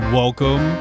welcome